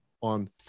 on